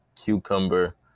cucumber